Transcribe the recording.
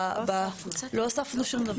לא הוספנו שום דבר.